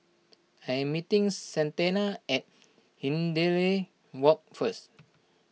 I am meeting Santana at Hindhede Walk first